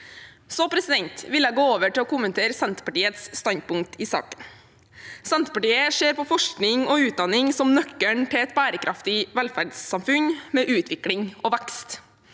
Jeg vil så gå over til å kommentere Senterpartiets standpunkt i saken. Senterpartiet ser på forskning og utdanning som nøkkelen til et bærekraftig velferdssamfunn med utvikling og vekst.